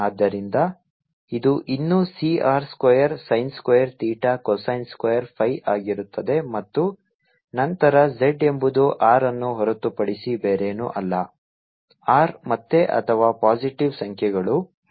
ಆದ್ದರಿಂದ ಇದು ಇನ್ನೂ C r square sin square theta cosine square phi ಆಗುತ್ತದೆ ಮತ್ತು ನಂತರ z ಎಂಬುದು r ಅನ್ನು ಹೊರತುಪಡಿಸಿ ಬೇರೇನೂ ಅಲ್ಲ r ಮತ್ತೆ ಅಥವಾ ಪಾಸಿಟಿವ್ ಸಂಖ್ಯೆಗಳು ಮಾತ್ರ